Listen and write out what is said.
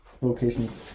locations